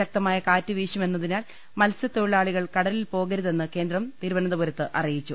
ശക്തമായ കാറ്റ് വീശുമെന്നതിനാൽ മത്സ്യതൊഴിലാളികൾ കടലിൽപോകരുതെന്ന് കേന്ദ്രം തിരുവനന്തപുരത്ത് അറിയിച്ചു